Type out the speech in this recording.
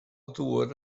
ddŵr